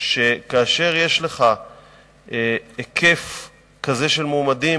שכאשר יש לך היקף כזה של מועמדים,